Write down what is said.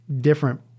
different